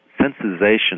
sensitization